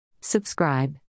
Subscribe